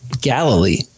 Galilee